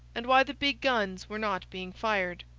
and why the big guns were not being fired.